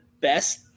best